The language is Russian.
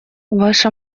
ваша